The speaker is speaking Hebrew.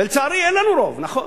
לצערי אין לנו רוב, נכון.